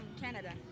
Canada